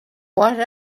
what